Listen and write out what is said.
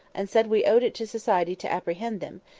and said we owed it to society to apprehend them,